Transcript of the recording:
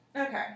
okay